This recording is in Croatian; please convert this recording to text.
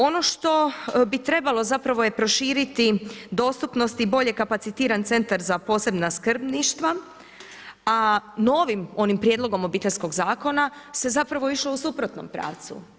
Ono što bi trebalo, zapravo je proširiti dostupnost i bolje kapacitiran centar za posebna skrbništva, a novim onim prijedlogom Obiteljskog zakona se zapravo išlo u suprotnom pravcu.